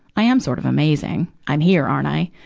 i am sort of amazing. i'm here, aren't i?